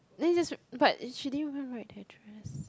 then you just but she didn't even write the address